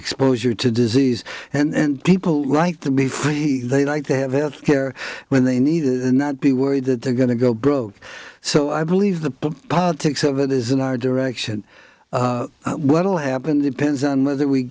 exposure to disease and people like to be free they like to have health care when they need not be worried that they're going to go broke so i believe the politics of it is in our direction what will happen depends on whether we